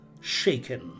shaken